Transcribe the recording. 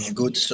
good